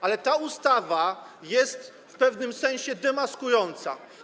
Ale ta ustawa jest w pewnym sensie demaskująca.